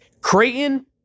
Creighton